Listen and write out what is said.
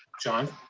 john?